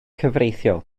cyfreithiol